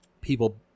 people